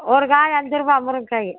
ஒரு காய் அஞ்சு ரூபா முருங்கை காய்